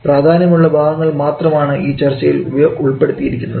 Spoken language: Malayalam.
പ്രാധാന്യമുള്ള ഭാഗങ്ങൾ മാത്രമാണ് ഈ ചർച്ചയിൽ ഉൾപ്പെടുത്തിയിരിക്കുന്നത്